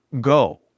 go